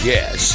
Yes